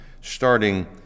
starting